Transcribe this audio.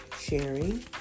sharing